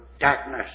darkness